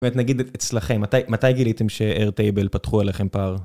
נגיד אצלכם, מתי גיליתם שAirtable פתחו עליכם פער?